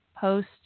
post